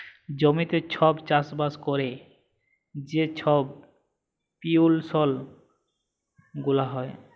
জমিতে ছব চাষবাস ক্যইরে যে ছব পলিউশল গুলা হ্যয়